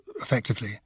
effectively